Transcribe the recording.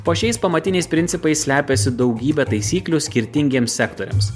po šiais pamatiniais principais slepiasi daugybė taisyklių skirtingiems sektoriams